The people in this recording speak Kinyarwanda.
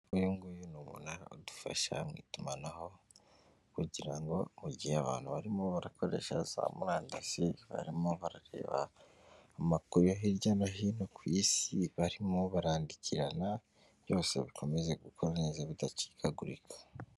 Uyu nguyu ni umunara udufasha mu itumanaho kugira ngo mu gihe abantu barimo barakoresha za murandasi, barimo barareba amakuru yo hirya no hino ku isi, barimo barandikirana, byose bikomeze gukora neza bidacikagurika.